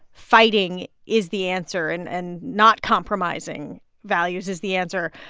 fighting is the answer and and not compromising values is the answer,